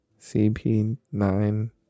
CP9